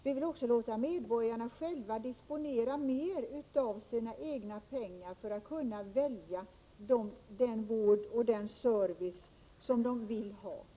Vi vill låta medborgarna själva disponera mer av sina egna pengar för att kunna välja den vård och service som de vill ha.